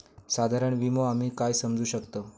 साधारण विमो आम्ही काय समजू शकतव?